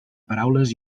paraules